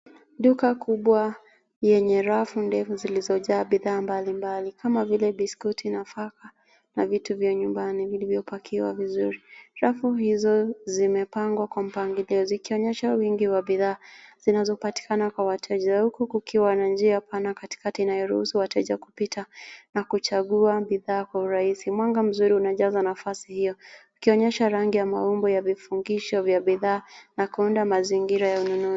Duka kubwa yenye rafu ndefu zilizojaa bidhaa mbali mbali kama vile biskuti, nafaka na vitu vya nyumbani vilivyopakiwa vizuri. Rafu hizo zimepangwa kwa mpangilio, zikionyesha wingi wa bidhaa zinazopatikana kwa wateja, huku kukiwa na njia pana katikati inayoruhusu wateja kupita na kuchagua bidhaa kwa urahisi. Mwanga mzuri unajaza nafasi hio, ikionyesha rangi ya maumbo ya vifungisho vya bidhaa na kuunda mazingira ya ununuzi.